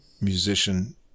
musician